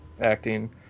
acting